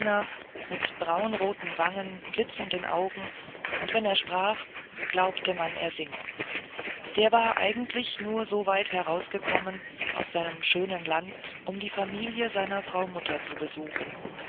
mit braunroten wangen blitzenden augen und wenn er sprach glaubte man er singe der war eigentlich nur so weit herausgekommen aus seinem schönen land um die familie seiner frau mutter zu besuchen